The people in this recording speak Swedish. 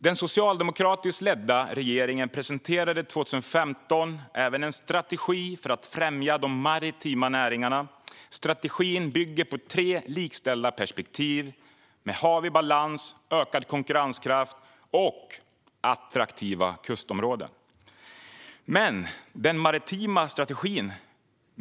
Den socialdemokratiskt ledda regeringen presenterade 2015 även en strategi för att främja de maritima näringarna. Strategin bygger på tre likställda perspektiv - hav i balans, ökad konkurrenskraft och attraktiva kustområden.